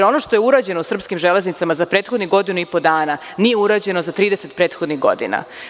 Ono što je urađeno na srpskim železnicama za prethodnih godinu i po dana nije urađeno za 30 prethodnih godina.